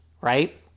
right